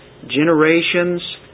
generations